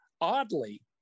Oddly